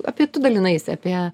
apie tu dalinaisi apie